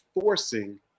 forcing